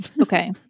Okay